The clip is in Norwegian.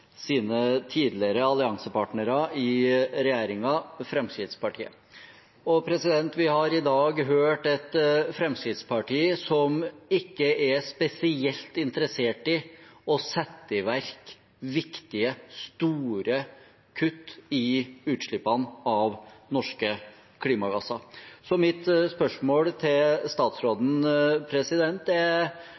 tidligere alliansepartner i regjeringen, Fremskrittspartiet. Vi har i dag i dag hørt et Fremskrittsparti som ikke er spesielt interessert i å sette i verk viktige store kutt i utslippene av norske klimagasser. Så mitt spørsmål til statsråden er: